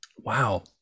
Wow